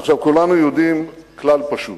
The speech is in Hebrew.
עכשיו, כולנו יודעים כלל פשוט: